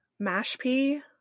mashpee